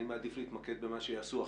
אני מעדיף להתמקד במה שיעשו עכשיו,